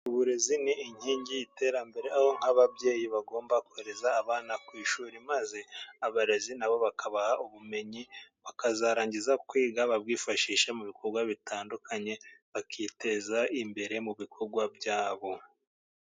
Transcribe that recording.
Uburezi ni inkingi y'iterambere, aho nk'ababyeyi bagomba kohereza abana ku ishuri, maze abarezi nabo bakabaha ubumenyi bakazarangiza kwiga babwifashisha mu bikorwa bitandukanye, bakiteza imbere mu bikorwa byabo.